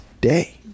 day